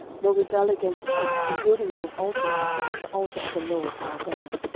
nor rebel against us, in building you an altar beside the altar of the lord our god.